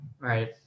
right